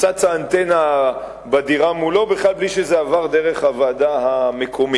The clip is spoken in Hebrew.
שצצה אנטנה בדירה מולו בלי שזה עבר בכלל דרך הוועדה המקומית.